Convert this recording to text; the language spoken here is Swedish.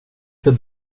för